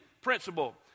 principle